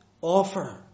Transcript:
offer